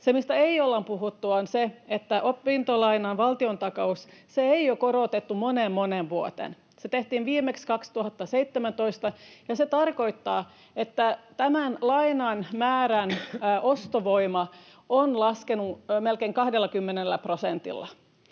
Se, mistä ei olla puhuttu, on se, että opintolainan valtiontakausta ei ole korotettu moneen, moneen vuoteen. Se tehtiin viimeksi 2017, ja se tarkoittaa, että tämän lainan määrän ostovoima on laskenut melkein 20 prosentilla.